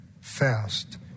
fast